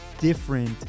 different